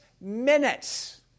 minutes